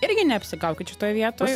irgi neapsigaukit šitoj vietoj